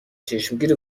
چشمگیر